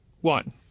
one